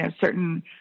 certain